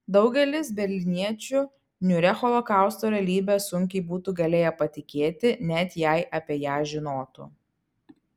daugelis berlyniečių niūria holokausto realybe sunkiai būtų galėję patikėti net jei apie ją žinotų